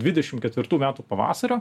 dvidešimt ketvirtų metų pavasario